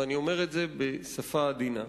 ואני אומר את זה בשפה עדינה.